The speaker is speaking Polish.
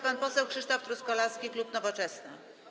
Pan poseł Krzysztof Truskolaski, klub Nowoczesna.